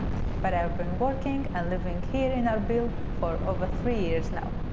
but i've been working and living here in erbil for over three years now.